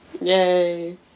yay